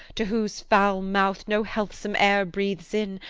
to whose foul mouth no healthsome air breathes in,